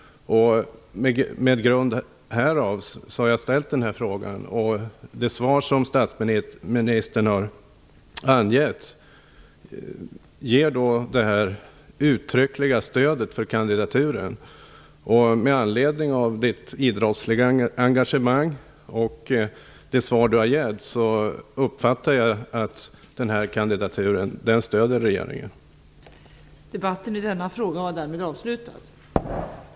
Svaret från statsministern ger ett uttryckligt stöd för kandidaturen. Med anledning av statsministerns idrottsliga engagemang och det svar som han har gett uppfattar jag det så att regeringen stöder den här kandidaturen.